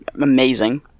amazing